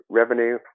revenue